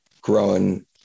grown